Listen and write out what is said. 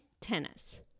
tennis